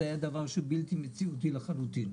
שהיה דבר בלתי מציאותי לחלוטין.